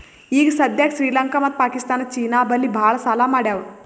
ಈಗ ಸದ್ಯಾಕ್ ಶ್ರೀಲಂಕಾ ಮತ್ತ ಪಾಕಿಸ್ತಾನ್ ಚೀನಾ ಬಲ್ಲಿ ಭಾಳ್ ಸಾಲಾ ಮಾಡ್ಯಾವ್